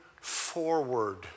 forward